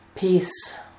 Peace